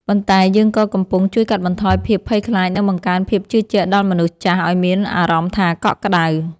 ប៉ុន្តែយើងក៏កំពុងជួយកាត់បន្ថយភាពភ័យខ្លាច និងបង្កើនភាពជឿជាក់ដល់មនុស្សចាស់ឱ្យមានអារម្មណ៍ថាកក់ក្ដៅ។